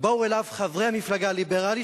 באו אליו חברי המפלגה הליברלית,